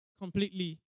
completely